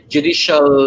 Judicial